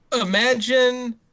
Imagine